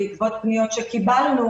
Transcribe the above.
בעקבות פניות שקיבלנו,